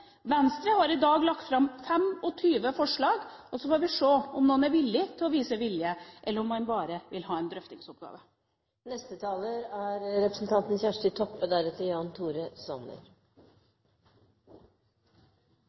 Venstre har i dag lagt fram 25 forslag, og så får vi se om man er villig til å vise vilje, eller om man bare vil ha en